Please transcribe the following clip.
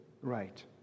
right